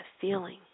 feeling